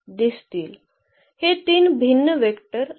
हे तीन भिन्न वेक्टर आहेत